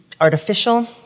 Artificial